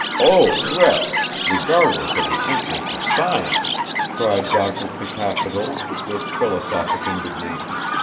o wretch, regardless of the interests of science cried doctor cacaphodel, with philosophic indignation.